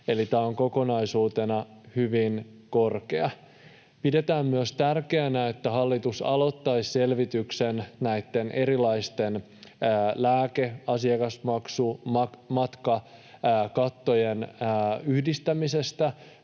eli tämä on kokonaisuutena hyvin korkea. Pidetään myös tärkeänä, että hallitus aloittaisi näitten erilaisten lääke-, asiakasmaksu- ja matkakattojen yhdistämisestä